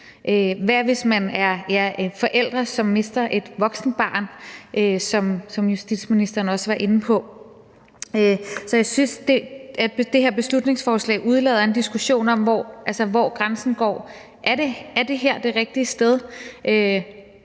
Hvad hvis man er en forælder, som mister et voksent barn, som justitsministeren også var inde på? Så jeg synes, at det her beslutningsforslag udelader en diskussion om, hvor grænsen går: Er det her det rigtige sted,